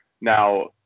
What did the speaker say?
Now